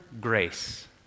grace